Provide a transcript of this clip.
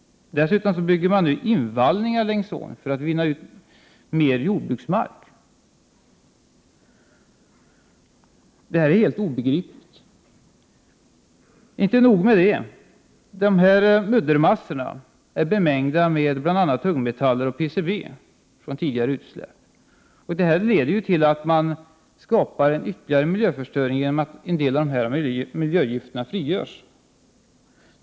Dessutom bygger man nu invallningar längs ån för att utvinna mer jordbruksmark. Detta är helt obegripligt. Men det är inte nog med det. Dessa muddermassor är bemängda med bl.a. tungmetaller och PCB från tidigare utsläpp. Det leder till att man skapar ytterligare miljöförstöring, eftersom en del av dessa miljögifter frigörs.